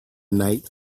night